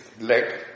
leg